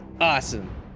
Awesome